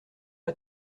pas